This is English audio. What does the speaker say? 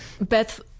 Beth